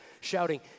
shouting